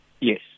Yes